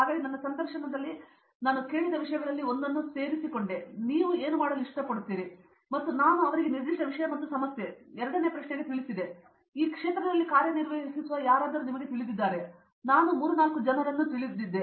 ಹಾಗಾಗಿ ನನ್ನ ಸಂದರ್ಶನದಲ್ಲಿ ನಾನು ಕೇಳಿದ ವಿಷಯಗಳಲ್ಲಿ ಒಂದನ್ನು ನಾನು ಸೇರಿಕೊಂಡಾಗ ನೀವು ಏನು ಮಾಡಲು ಇಷ್ಟಪಡುತ್ತೀರಿ ಮತ್ತು ನಾನು ಅವರಿಗೆ ನಿರ್ದಿಷ್ಟ ವಿಷಯ ಮತ್ತು ಸಮಸ್ಯೆ ಮತ್ತು ಎರಡನೆಯ ಪ್ರಶ್ನೆಗೆ ತಿಳಿಸಿದೆ ಈ ಕ್ಷೇತ್ರದಲ್ಲಿ ಕಾರ್ಯನಿರ್ವಹಿಸುವ ಯಾರಿಗಾದರೂ ನಿಮಗೆ ತಿಳಿದಿದೆಯೇ ಮತ್ತು ನಾನು 3 4 ಜನರಿಗೆ ತಿಳಿದಿದ್ದೆ